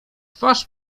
twarz